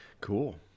Cool